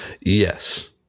Yes